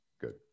good